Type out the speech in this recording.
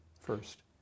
first